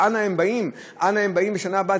ואנה הם באים בשנה הבאה,